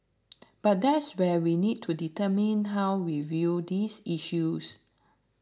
but that's where we need to determine how we view these issues